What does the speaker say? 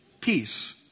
peace